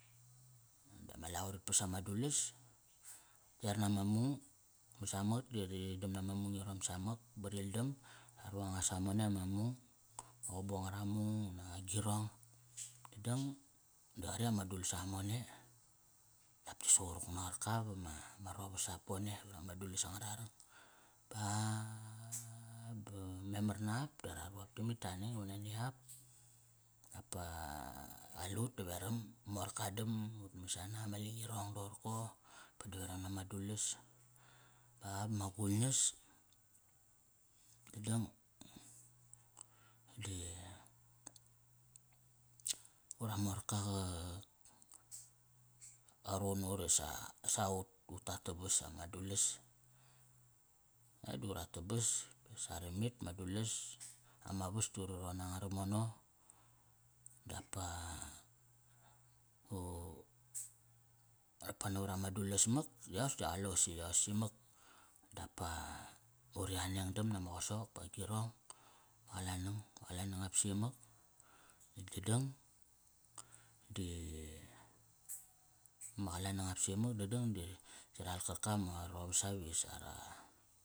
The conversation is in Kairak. Dama lavo rit pas ama dulas. Ri er nama mung ba samak da ri dam nama mung irong samak ba rildamta ru anga samone ama mung. Ama qubu angara mung unak agirong. Dadang da qari ama dul samone. Dap ti suquruk na qarkap ama, ma rovasap pone vrama dulas angararang. Baaa ba memar nap da ra ru ap tamit. Ta aneng iva nani ap dapa qale ut daveram, morka dam, ut masana, ma langirong doqorko, pe daveram nama dulas. Pa bama gungias, dadang di ura morka qa, qaruqun na ut isa, sa ut, utat tabas ama dulas. E da urat tabas, saramit ama dulas. Ama vas ta uri ronanga ramo no. Dapa u, dapa navarama dulas mak. Yos ti qalos i, mak. Dap pa uri aneng dam nama qasok ba agirong, ma qalanang. Ma qalanangap si imak. Natk dadang di, ma qalam gap si i mak dadang di ri ral karkap ama rovasap ive sa ra.